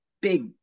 big